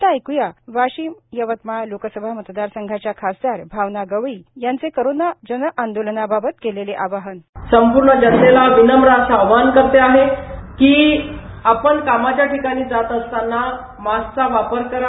आता एक्या वाशिम यवतमाळ लोकसभा मतदार संघाच्या खासदार भावना गवळी यांचे कोरोना जनांदोलनाबाबत केलेले आवाहन संपूर्ण जनतेला विनम असं आवाहन करते की आपण कामाच्या ठिकाणी जात असतांना मास्कचा वापर करा